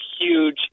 huge